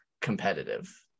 competitive